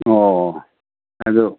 ꯑꯣ ꯑꯗꯨ